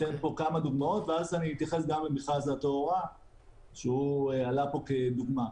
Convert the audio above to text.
אני אתן פה כמה דוגמאות ואז אתייחס גם למכרז התאורה שעלה פה כדוגמה.